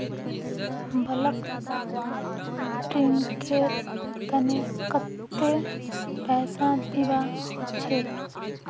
bulk tanker तने कत्ते पैसा दीबा ह छेक